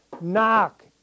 Knock